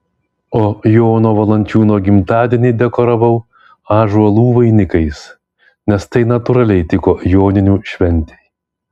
o jono valančiūno gimtadienį dekoravau ąžuolų vainikais nes tai natūraliai tiko joninių šventei